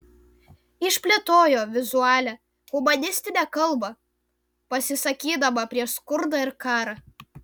išplėtojo vizualią humanistinę kalbą pasisakydama prieš skurdą ir karą